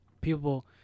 people